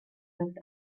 lived